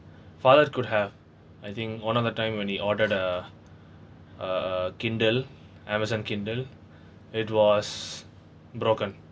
father could have I think one other time when he ordered a a a kindle amazon kindle it was broken